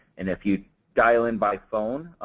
and if you dial in by phone,